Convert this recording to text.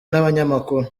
n’abanyamakuru